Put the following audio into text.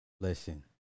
Listen